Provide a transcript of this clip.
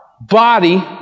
body